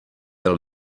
byl